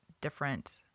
different